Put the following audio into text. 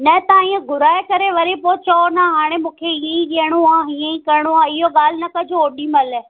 न तव्हां इहा घुराए करे वरी पोइ चओ न हाणे मूंखे ई ॾियणो आहे इएं ई करिणो आहे इहो ॻाल्हि न कजो ओॾीमहिल